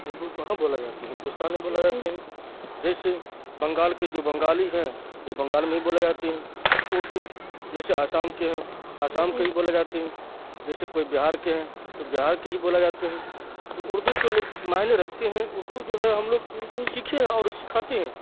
اردو کہاں بولا جاتی ہندوستان میں بولا جاتے ہیں جیسے بنگال کے جو بنگالی ہیں وہ بنگال میں ہی بولا جاتے ہیں اردو جیسے آسام کے ہیں آسام کے ہی بولا جاتے ہیں جیسے کوئی بہار کے ہیں تو بہار کے ہی بولا جاتے ہیں تو اردو کو لوگ مائنے رکھتے ہیں اردو جو ہے ہم لوگ سیکھے ہیں اور سکھاتے ہیں